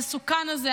המסוכן הזה,